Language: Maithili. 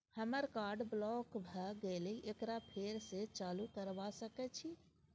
हमर कार्ड ब्लॉक भ गेले एकरा फेर स चालू करबा सके छि?